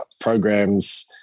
programs